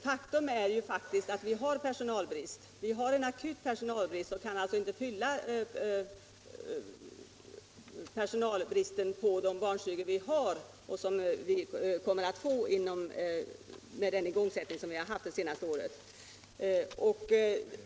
Faktum är ju att vi har en akut personalbrist och alltså inte kan fylla personalbehovet på de barnstugor vi har och på dem som vi kommer att få med den igångsättning vi haft det senaste året.